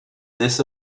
this